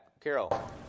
carol